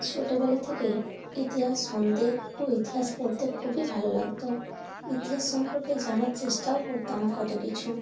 ছোটোবেলা থেকেই ইতিহাস শুনতে ও ইতিহাস পড়তে খুবই ভালো লাগত ইতিহাস সম্পর্কে জানার চেষ্টাও করতাম কত কিছু